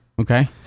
okay